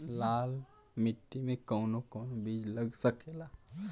लाल मिट्टी में कौन कौन बीज लग सकेला?